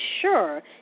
sure